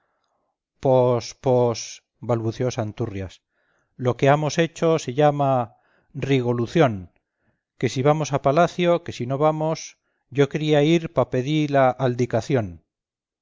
pos pos balbuceó santurrias lo que hamos hecho se llama rigolución que si vamos a palacio que si no vamos yo quería ir pa pedí la aldicación